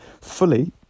fully